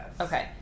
okay